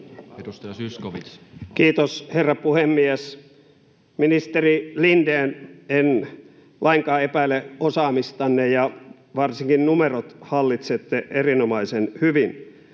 Kiitos, herra puhemies! Ministeri Lindén, en lainkaan epäile osaamistanne, ja varsinkin numerot hallitsette erinomaisen hyvin,